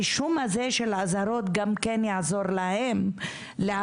הרישום הזה של אזהרות גם כן יעזור להם להבין